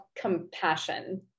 compassion